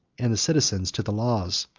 and the citizens to the laws,